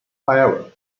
however